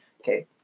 Okay